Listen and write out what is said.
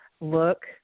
Look